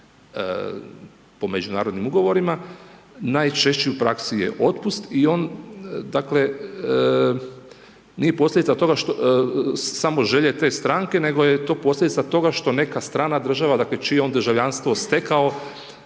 po međunarodnim ugovorima. Najčešći u praksi je otpust i on dakle nije posljedica toga samo želje te stranke nego je to i posljedica toga što neka strana država, dakle čije je on državljanstvo stekao,